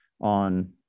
on